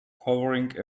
covering